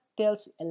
tells